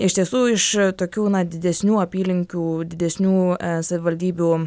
iš tiesų iš tokių na didesnių apylinkių didesnių savivaldybių